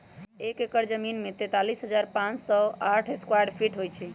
एक एकड़ जमीन में तैंतालीस हजार पांच सौ साठ स्क्वायर फीट होई छई